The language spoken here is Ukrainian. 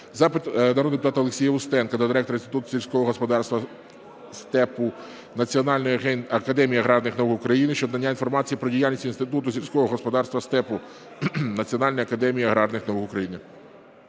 Запит народного депутата Олексія Устенка до директора Інституту сільського господарства Степу Національної академії аграрних наук України щодо надання інформації про діяльність Інституту сільського господарства Степу Національної академії аграрних наук України.